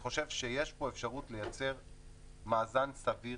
יש פה אפשרות לייצר מאזן סביר